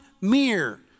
mirror